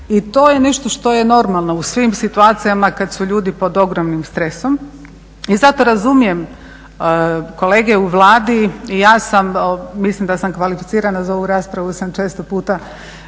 i to je nešto što je normalno u svim situacijama kada su ljudi po ogromnim stresom. I zato razumijem kolege u Vladi i ja sam mislim da sam kvalificirana za ovu raspravu jer sam često puta